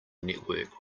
network